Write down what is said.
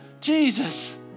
Jesus